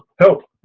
help!